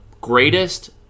greatest